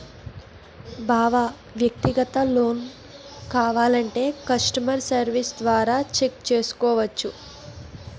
బావా వ్యక్తిగత లోన్ కావాలంటే కష్టమర్ సెర్వీస్ల ద్వారా చెక్ చేసుకోవచ్చు